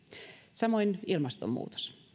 samoin ilmastonmuutos